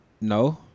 No